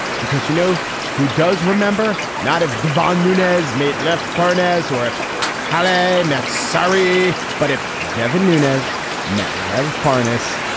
because you know who does remember not have darvon, nunez mate left parnell's or if how they met. sorry. but if devin nunez met lev parness,